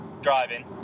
Driving